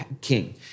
king